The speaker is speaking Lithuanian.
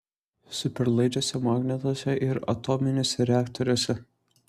superlaidžiuose magnetuose ir atominiuose reaktoriuose